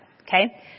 Okay